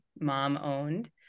mom-owned